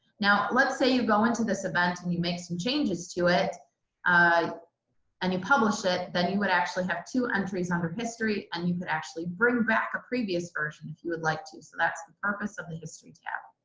now let's say you go into this event and you make some changes to it and you publish it, then you would actually have to unfreeze under history and you could actually bring back a previous version if you would like to. so that's the purpose of the history tab.